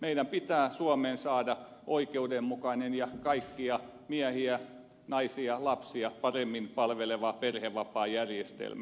meidän pitää saada suomeen oikeudenmukainen ja kaikkia miehiä naisia lapsia paremmin palveleva perhevapaajärjestelmä